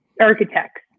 Architects